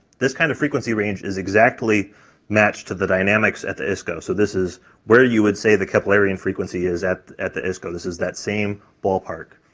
this kind of frequency range is exactly matched to the dynamics at the isco, so this is where you would say the keplerian frequency is at at the isco, this is that same ballpark.